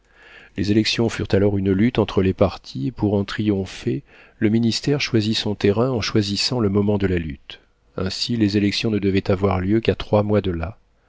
les élections furent alors une lutte entre les partis et pour en triompher le ministère choisit son terrain en choisissant le moment de la lutte ainsi les élections ne devaient avoir lieu qu'à trois mois de là